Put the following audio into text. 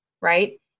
right